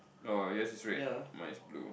oh yours is red mine is blue